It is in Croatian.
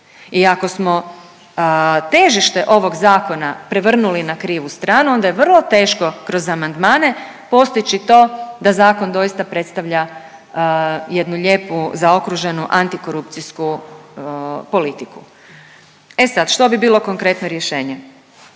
ako smo težište ovog zakona prevrnuli na krivu stranu onda je vrlo teško kroz amandmane postići to da zakon doista predstavlja jednu lijepu zaokruženu antikorupcijsku politiku. E sad što bi bilo konkretno rješenje?